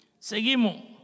Seguimos